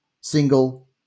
single